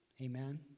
Amen